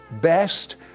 best